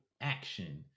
action